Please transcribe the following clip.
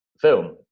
film